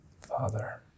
Father